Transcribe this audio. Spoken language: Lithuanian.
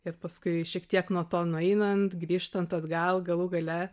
ir paskui šiek tiek nuo to nueinant grįžtant atgal galų gale